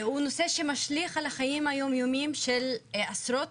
הוא נושא שמשליך על החיים היום יומיים של עשרות